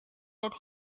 that